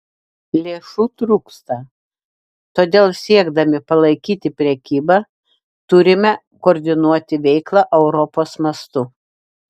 lėšų trūksta todėl siekdami palaikyti prekybą turime koordinuoti veiklą europos mastu